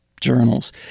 journals